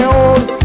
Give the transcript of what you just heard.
old